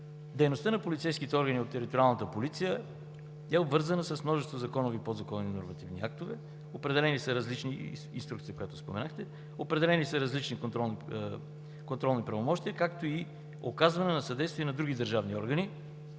Дейността на полицейските органи на териториалната полиция е обвързана с множество законови и подзаконови нормативни актове. Определени са различни инструкции, които споменахте. Определени са различни контролни правомощия, както и оказване на съдействие на други държавни органи,